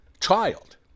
child